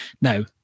Now